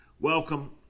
welcome